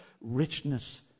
richness